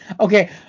Okay